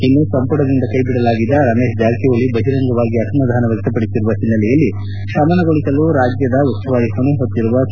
ಇನ್ನು ಸಂಪುಟದಿಂದ ಕೈಬಿಡಲಾಗಿದ್ದ ರಮೇಶ್ ಜಾರಕಿಹೊಳಿ ಬಹಿರಂಗವಾಗಿ ಅಸಮಾಧಾನ ವ್ಯಕ್ತಪಡಿಸಿರುವ ಹಿನ್ನೆಲೆಯಲ್ಲಿ ಶಮನಗೊಳಿಸಲು ರಾಜ್ಯದ ಉಸ್ತುವಾರಿ ಹೊಣೆ ಹೊತ್ತಿರುವ ಕೆ